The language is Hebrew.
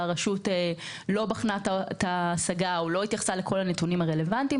והרשות לא בחנה את ההשגה או לא התייחסה לכל הנתונים הרלוונטיים.